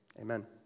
amen